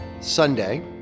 Sunday